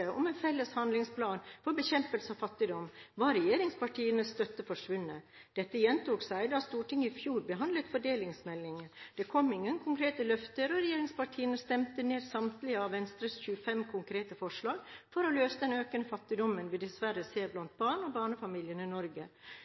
om en felles handlingsplan for bekjempelse av fattigdom, var regjeringspartienes støtte forsvunnet. Dette gjentok seg da Stortinget i fjor behandlet fordelingsmeldingen. Det kom ingen konkrete løfter, og regjeringspartiene stemte ned samtlige av Venstres 25 konkrete forslag for å løse den økende fattigdommen vi dessverre ser blant barn og barnefamilier i Norge.